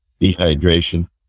dehydration